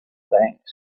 bank